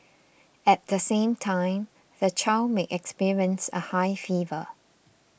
at the same time the child may experience a high fever